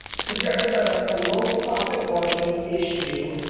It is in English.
so, jared's got a ah low profit margin issue.